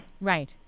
Right